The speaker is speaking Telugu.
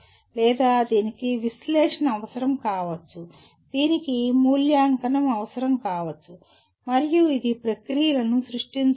లేదా దీనికి విశ్లేషణ అవసరం కావచ్చు దీనికి మూల్యాంకనం అవసరం కావచ్చు మరియు ఇది ప్రక్రియలను సృష్టించవచ్చు